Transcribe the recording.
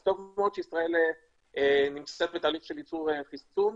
אז טוב מאוד שישראל נמצאת בתהליך של ייצור חיסון,